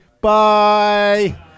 Bye